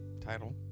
title